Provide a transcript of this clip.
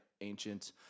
ancient